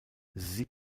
sie